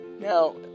Now